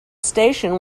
station